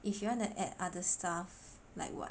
if you want to add other stuff like what